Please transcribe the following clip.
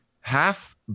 half